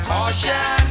Caution